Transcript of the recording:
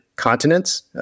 continents